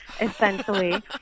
essentially